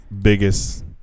biggest